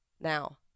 Now